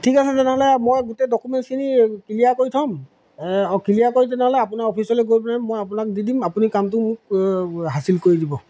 ঠিক আছে তেনেহ'লে মই গোটেই ডকুমেণ্টছখিনি ক্লিয়াৰ কৰি থ'ম অঁ ক্লিয়াৰ কৰি তেনেহ'লে আপোনাৰ অফিচলৈ গৈ পেলাই মই আপোনাক দি দিম আপুনি কামটো মোক হাচিল কৰি দিব